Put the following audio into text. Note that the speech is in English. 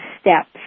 steps